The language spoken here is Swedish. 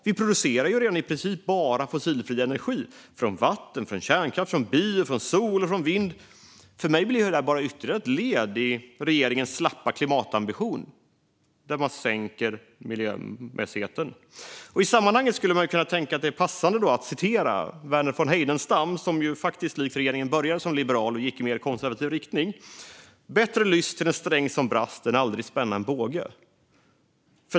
Vi producerar ju nästan bara fossilfri energi i form av vattenkraft, kärnkraft, biokraft, solkraft och vindkraft. För mig blir detta bara ytterligare ett led i regeringens slappa klimatambition där man sänker miljömässigheten. Det kan i sammanhanget vara passande att citera Verner von Heidenstam som likt regeringen började som liberal och sedan gick i mer konservativ riktning: "Det är skönare lyss till en sträng, som brast, än att aldrig spänna en båge."